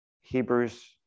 hebrews